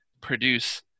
produce